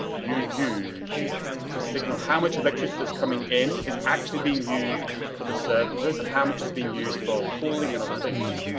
you use to signal how much electricity that's coming in is actually being used for the service and how much is being used for cooling and other things.